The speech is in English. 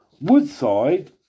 Woodside